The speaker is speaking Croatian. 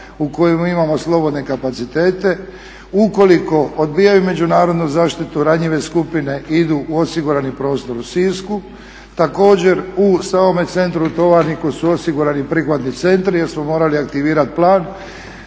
u kojima imamo slobodne kapacitete. Ukoliko odbijaju međunarodnu zaštitu ranjive skupine idu u osigurani prostor u Sisku. Također, u samome centru u Tovarniku su osigurani prihvatni centri jer smo morali aktivirati plan